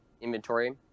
inventory